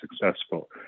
successful